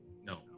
No